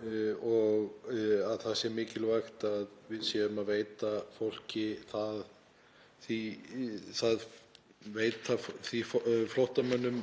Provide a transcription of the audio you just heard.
og að það sé mikilvægt að við séum að veita flóttamönnum